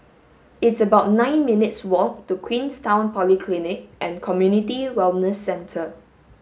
it's about nine minutes' walk to Queenstown Polyclinic and Community Wellness Centre